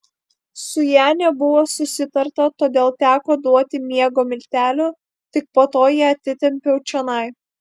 su ja nebuvo susitarta todėl teko duoti miego miltelių tik po to ją atitempiau čionai